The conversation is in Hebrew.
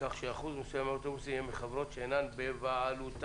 כך שאחוז מסוים מהאוטובוסים יהיו מחברות שאינן בבעלותן.